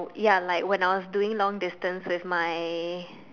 ya like when I was doing long distance with my